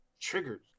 triggered